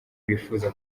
bifuza